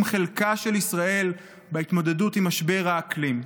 חלקה של ישראל בהתמודדות העולמית עם משבר האקלים,